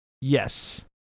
yes